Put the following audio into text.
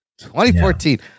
2014